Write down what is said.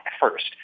first